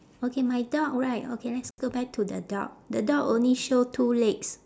okay my dog right okay let's go back to the dog the dog only show two legs